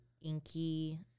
inky